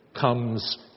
comes